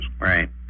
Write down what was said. Right